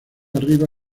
arriba